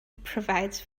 provides